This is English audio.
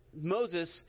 Moses